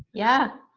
yeah.